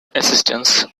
assistance